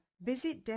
visit